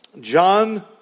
John